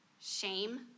shame